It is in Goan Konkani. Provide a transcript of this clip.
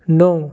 णव